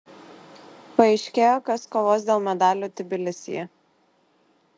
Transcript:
paaiškėjo kas kovos dėl medalių tbilisyje